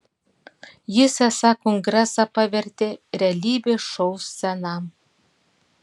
jis esą kongresą pavertė realybės šou scena